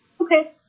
Okay